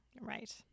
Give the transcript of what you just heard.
Right